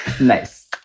Nice